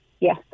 Yes